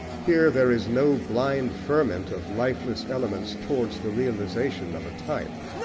here there is no blind ferment of lifeless elements towards the realisation of a type.